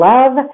Love